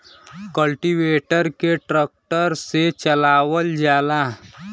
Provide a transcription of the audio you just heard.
cultivator के tractor से चलावल जाला